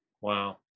Wow